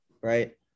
right